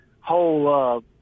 whole